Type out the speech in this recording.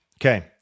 Okay